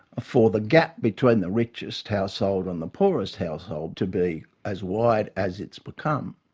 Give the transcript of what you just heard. for the gap between the richest household and the poorest household to be as wide as it's become.